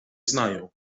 znają